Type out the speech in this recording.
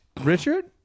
richard